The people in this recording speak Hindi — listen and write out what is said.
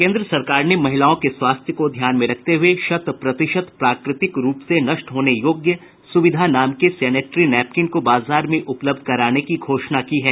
केन्द्र सरकार ने महिलाओं के स्वास्थ्य को ध्यान में रखते हुए शत प्रतिशत प्राकृतिक रूप से नष्ट होने योग्य सुविधा नाम के सैनिटरी नैपकिन को बाजार में उपलब्ध कराने की घोषणा की है